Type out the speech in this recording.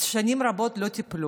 אז שנים רבות לא טיפלו.